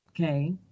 Okay